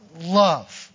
love